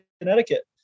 Connecticut